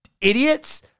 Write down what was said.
idiots